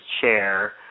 chair